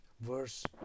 verse